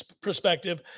perspective